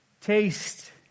Taste